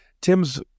Tim's